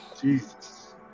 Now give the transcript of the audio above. Jesus